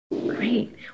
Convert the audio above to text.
Great